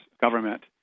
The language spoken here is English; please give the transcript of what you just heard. government